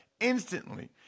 instantly